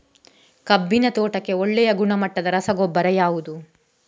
ಕಬ್ಬಿನ ತೋಟಕ್ಕೆ ಒಳ್ಳೆಯ ಗುಣಮಟ್ಟದ ರಸಗೊಬ್ಬರ ಯಾವುದು?